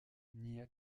nia